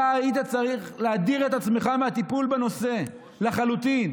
אתה היית צריך להדיר את עצמך מהטיפול בנושא לחלוטין.